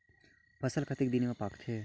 फसल कतेक दिन मे पाकथे?